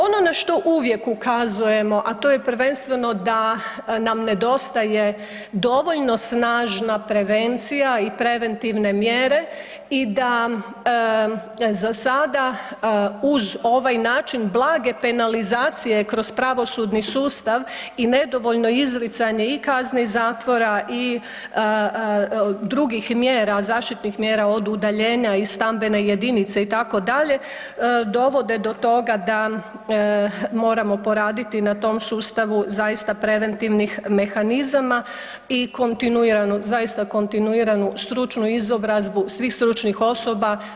Ono na što uvijek ukazujemo, a to je prvenstveno da nam nedostaje dovoljno snažna prevencija i preventivne mjere i da za sada uz ovaj način blage penalizacije kroz pravosudni sustav i nedovoljno izricanje i kazni zatvora i drugih mjera zaštitnih mjera od udaljenja iz stambene jedinice itd. dovode do toga da moramo poraditi na tom sustavu zaista preventivnih mehanizama i kontinuiranu, zaista kontinuiranu stručnu izobrazbu svih stručnih osoba.